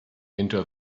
into